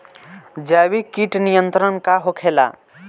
जैविक कीट नियंत्रण का होखेला?